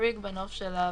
רישיון עסק.